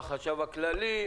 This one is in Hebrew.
בחשב הכללי.